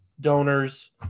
donors